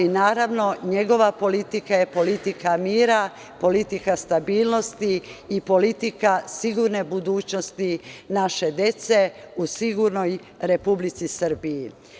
Naravno, njegova politika je politika mira, politika stabilnosti i politika sigurne budućnosti nađe dece u sigurnoj Republici Srbiji.